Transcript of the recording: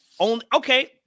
okay